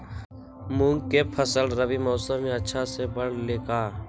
मूंग के फसल रबी मौसम में अच्छा से बढ़ ले का?